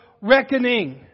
reckoning